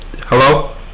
hello